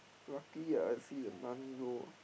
lucky I see the money low ah